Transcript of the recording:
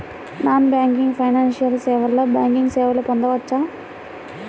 Non banking financial సేవలో banking సేవలను పొందవచ్చా?